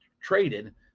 traded